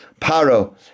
Paro